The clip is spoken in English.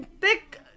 thick